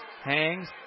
hangs